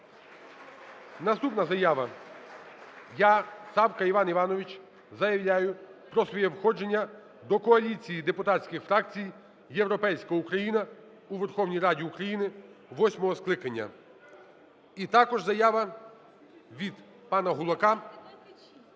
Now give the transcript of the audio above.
Наступна заява. "Я, Савка Іван Іванович, заявляю про своє входження до коаліції депутатських фракцій "Європейська Україна" у Верховній Раді України восьмого скликання". І також заява від пана Гулака.